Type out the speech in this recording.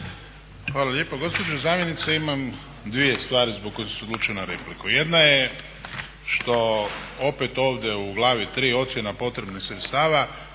Hvala lijepa. Gospođo zamjenice, imam dvije stvari zbog koje sam se odlučio na repliku. Jedna je što opet ovdje u glavi III. ocjena potrebnih sredstava